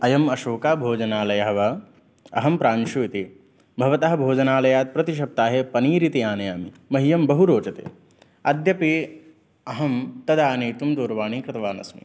अयम् अशोकाभोजनालयः वा अहं प्रांशुः इति भवतः भोजनालयात् प्रतिसप्ताहे पनीर् इति आनयामि मह्यं बहु रोचते अद्यापि अहं तदानेतुं दूरवाणीं कृतवान् अस्मि